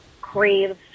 craves